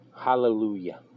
Hallelujah